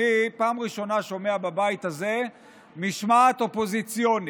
ופעם ראשונה שאני שומע בבית הזה על משמעת אופוזיציונית,